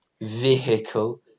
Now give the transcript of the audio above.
Vehicle